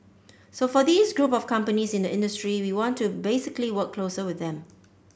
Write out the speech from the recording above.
so for these group of companies in the industry we want to basically work closer with them